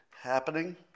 happening